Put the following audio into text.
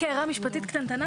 הערה משפטית קטנטנה.